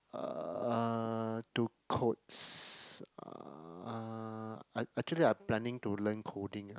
uh to codes uh I actually I planning to learn coding ah